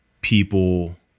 people